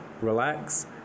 relax